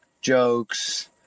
jokes